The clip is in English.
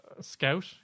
scout